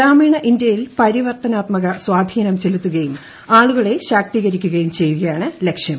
ഗ്രാമീണ ഇന്ത്യയെ പരിവർത്തനാത്മക്ട് സ്പ്രീധീനം ചെലുത്തുകയും ആളുകളെ ശാക്തികരിക്കുകയും ചെയ്യുകയാണ് ലക്ഷ്യം